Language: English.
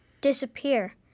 disappear